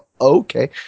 okay